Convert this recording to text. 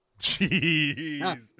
Jeez